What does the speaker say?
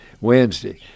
Wednesday